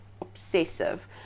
obsessive